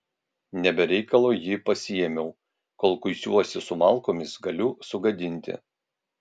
ne be reikalo jį pasiėmiau kol kuisiuosi su malkomis galiu sugadinti